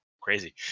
crazy